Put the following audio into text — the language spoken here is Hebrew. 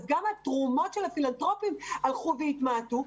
גם התרומות של הפילנטרופיים הלכו והתמעטו.